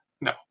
No